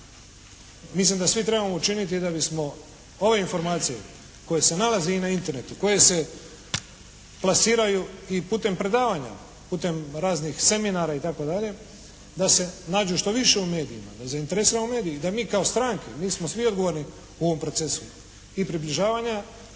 Mislim da svi trebamo učiniti da bismo ove informacije koje se nalaze i na Internetu, koje se plasiraju i putem predavanja, putem raznih seminara itd., da se nađu što više u medijima. Da zainteresiramo medije. I da mi kao stranke, mi smo svi odgovorni u ovom procesu. I približavanja